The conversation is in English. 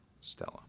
stella